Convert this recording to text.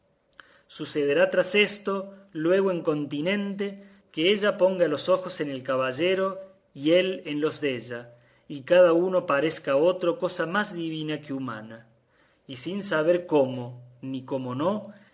sucederá tras esto luego en continente que ella ponga los ojos en el caballero y él en los della y cada uno parezca a otro cosa más divina que humana y sin saber cómo ni cómo no